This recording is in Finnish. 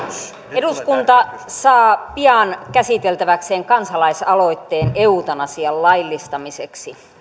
eduskunta saa pian käsiteltäväkseen kansalaisaloitteen eutanasian laillistamiseksi